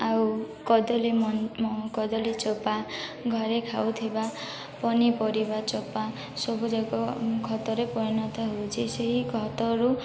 ଆଉ କଦଳୀ କଦଳୀ ଚୋପା ଘରେ ଖାଉଥିବା ପନିପରିବା ଚୋପା ସବୁ ଜାଗ ଖତରେ ପରିଣତ ହେଉଛି ସେହି ଖତରୁ